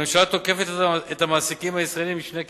הממשלה תוקפת את המעסיקים הישראליים משני כיוונים: